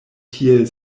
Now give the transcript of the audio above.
tiel